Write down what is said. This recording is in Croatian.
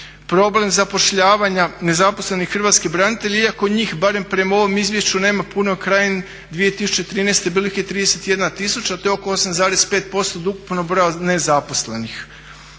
Problem zapošljavanja nezaposlenih hrvatskih branitelja iako njih barem prema ovom izvješću nema puno krajem 2013. bilo ih je 31 tisuća, to je oko 8,5% od ukupnog broja nezaposlenih.